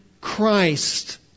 Christ